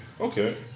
Okay